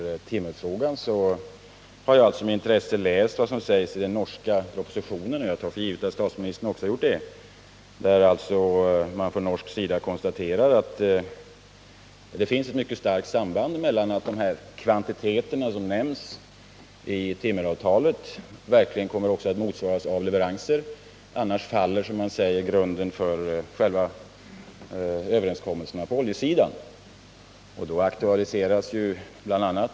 I timmerfrågan har jag med intresse läst vad som sägs i den norska propositionen — och jag tar för givet att statsministern också har gjort det — där man på norsk sida konstaterar att det finns ett mycket starkt samband mellan kravet på att de kvantiteter som nämns i timmeravtalet också verkligen kommer att motsvaras av leveranser; annars faller, som man säger, grunden för själva överenskommelsen på oljesidan.